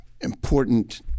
important